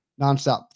nonstop